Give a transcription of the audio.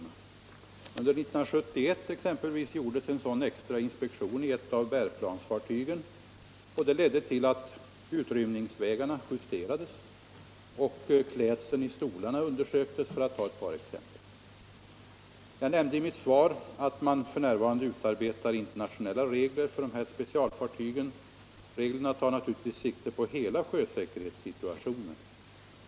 Under 1971 exempelvis gjordes en sådan extra inspektion i ett av bärplansfartygen, och det ledde till att utrymningsvägarna justerades och klädseln i stolarna undersöktes — för att ta ett par exempel. Jag nämnde i mitt svar att man f.n. utarbetar internationella regler för dessa specialfartyg. Reglerna tar naturligtvis sikte på hela sjösäkerhetssituationen.